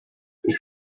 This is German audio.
ich